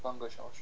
半个小时